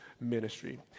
ministry